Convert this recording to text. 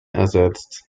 ersetzt